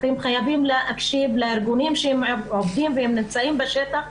אתם חייבים להקשיב לארגונים שנמצאים בשטח,